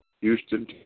Houston